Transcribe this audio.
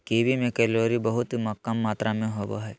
kiwi में calorie बहुत कम मात्र में होबो हइ